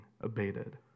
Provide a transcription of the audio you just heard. abated